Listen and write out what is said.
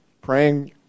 praying